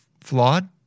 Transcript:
flawed